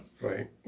Right